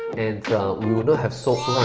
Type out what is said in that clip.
and we would not have sold